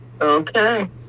Okay